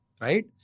Right